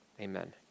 Amen